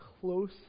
close